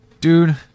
Dude